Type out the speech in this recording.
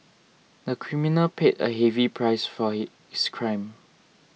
the criminal paid a heavy price for his crime